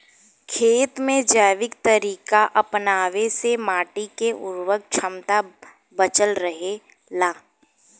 खेत में जैविक तरीका अपनावे से माटी के उर्वरक क्षमता बचल रहे ला